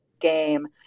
game